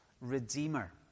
Redeemer